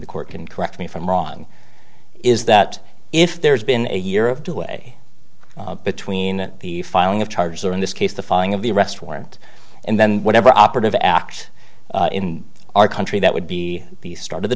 the court can correct me if i'm wrong is that if there's been a year of two way between the filing of charges or in this case the filing of the arrest warrant and then whatever operative act in our country that would be the start of the